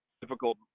difficult